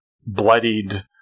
bloodied